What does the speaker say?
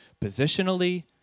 positionally